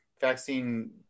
vaccine